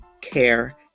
care